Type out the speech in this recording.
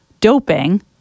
doping